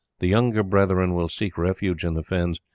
the younger brethren will seek refuge in the fens,